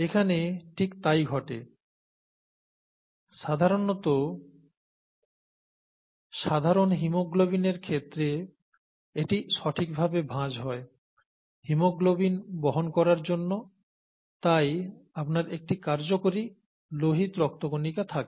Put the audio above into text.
এখানে ঠিক তাই ঘটে সাধারণ হিমোগ্লোবিনের ক্ষেত্রে এটি সঠিকভাবে ভাঁজ হয় হিমোগ্লোবিন বহন করার জন্য তাই আপনার একটি কার্যকরী লোহিত রক্ত কণিকা থাকে